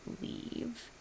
leave